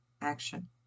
action